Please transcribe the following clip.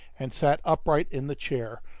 and sat upright in the chair,